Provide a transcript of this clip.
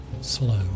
slow